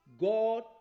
God